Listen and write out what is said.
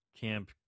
Camp